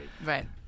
right